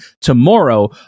tomorrow